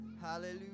Hallelujah